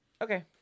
Okay